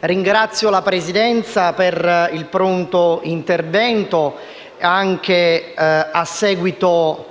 Ringrazio la Presidenza per il pronto intervento, anche a seguito